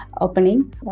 opening